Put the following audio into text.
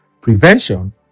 prevention